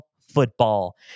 football